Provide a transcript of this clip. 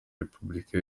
repubulika